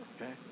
okay